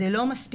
זה לא מספיק.